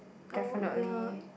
definitely